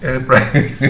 Right